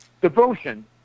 devotion